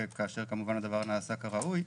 כאשר הדבר נעשה כראוי.